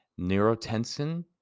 Neurotensin